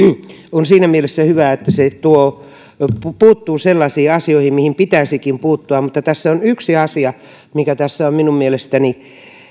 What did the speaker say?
on nimenomaisesti siinä mielessä hyvä että se puuttuu sellaisiin asioihin joihin pitäisikin puuttua mutta tässä on yksi asia mikä on minun mielestäni